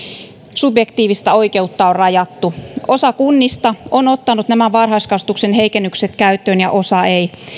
subjektiivista oikeutta on rajattu osa kunnista on ottanut nämä varhaiskasvatuksen heikennykset käyttöön ja osa ei